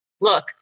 Look